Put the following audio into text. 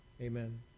amen